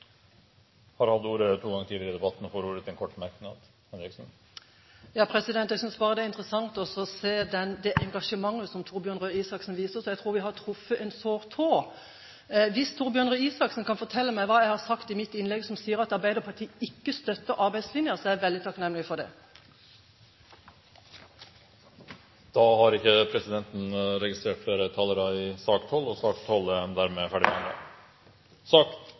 har hatt ordet to ganger tidligere og får ordet til en kort merknad, begrenset til 1 minutt. Jeg synes bare det er interessant å se det engasjementet som Torbjørn Røe Isaksen viser, så jeg tror vi har truffet en øm tå. Hvis Torbjørn Røe Isaksen kan fortelle meg hva jeg har sagt i mitt innlegg som sier at Arbeiderpartiet ikke støtter arbeidslinjen, er jeg veldig takknemlig for det. Flere har ikke bedt om ordet til sak nr. 12. Stortinget har nå kommet til sak